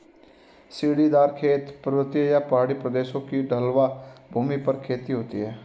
सीढ़ीदार खेत, पर्वतीय या पहाड़ी प्रदेशों की ढलवां भूमि पर खेती होती है